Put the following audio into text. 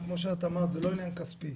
וכמו שאמרת זה לא עניין כספי,